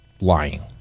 lying